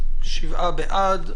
שבעה בעד.